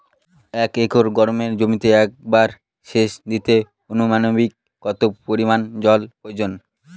এক একর গমের জমিতে একবার শেচ দিতে অনুমানিক কত পরিমান জল প্রয়োজন?